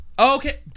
okay